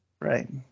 Right